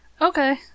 Okay